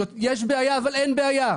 יש בעיה אבל אין בעיה.